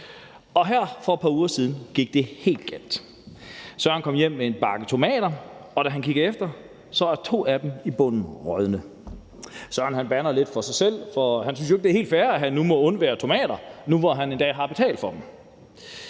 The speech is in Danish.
og her for et par uger siden gik det helt galt. Søren kom hjem med en bakke tomater, og da han kiggede efter, var to af dem i bunden rådne. Søren bander lidt for sig selv, for han synes jo ikke, det er helt fair, at han må undvære tomater nu, hvor han endda har betalt for dem.